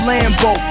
Lambo